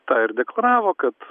tą ir deklaravo kad